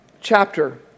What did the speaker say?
chapter